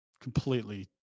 completely